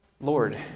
Lord